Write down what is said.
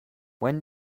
when